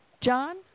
John